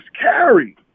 carry